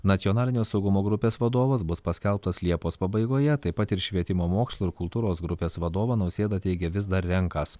nacionalinio saugumo grupės vadovas bus paskelbtas liepos pabaigoje taip pat ir švietimo mokslo ir kultūros grupės vadovą nausėda teigia vis dar renkąs